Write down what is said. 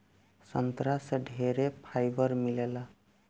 संतरा से ढेरे फाइबर मिलेला